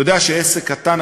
אתה יודע שעסק קטן,